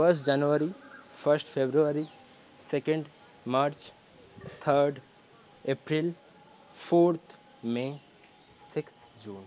first January first February second March third April fourth may sixth June